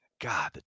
God